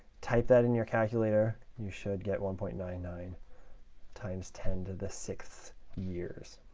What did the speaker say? type that in your calculator. you should get one point nine nine times ten to the six years.